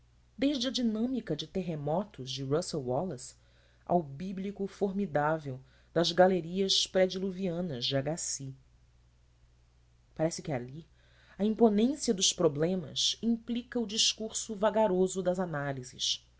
a dinâmica de terremotos de russell wallace ao bíblico formidável das galerias pré diluvianas de agassiz parece que ali a imponência dos problemas implica o discurso vagaroso das análises